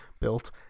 built